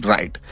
Right